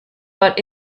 but